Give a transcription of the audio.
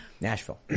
Nashville